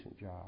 job